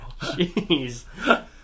Jeez